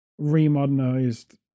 remodernized